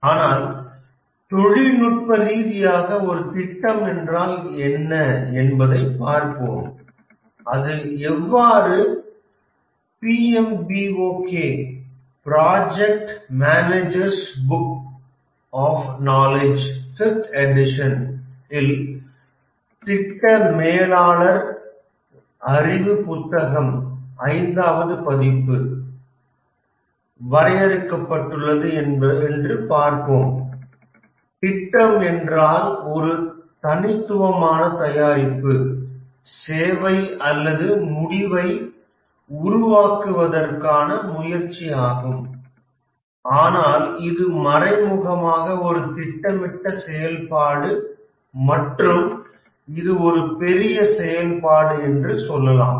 ஆனால் தொழில்நுட்ப ரீதியாக ஒரு திட்டம் என்றால் என்ன என்பதைப் பார்ப்போம் அது எவ்வாறு PMBOK இல் திட்ட மேலாளர்கள் அறிவு புத்தகம் ஐந்தாவது பதிப்பு வரையறுக்கப்பட்டுள்ளது என்று பார்ப்போம் திட்டம் என்றால் ஒரு தனித்துவமான தயாரிப்பு சேவை அல்லது முடிவை உருவாக்குவதற்கான முயற்சியாகும் ஆனால் இது மறைமுகமாக ஒரு திட்டமிட்ட செயல்பாடு மற்றும் இது ஒரு பெரிய செயல்பாடு என்று சொல்லலாம்